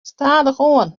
stadichoan